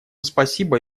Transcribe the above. спасибо